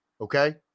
Okay